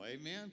amen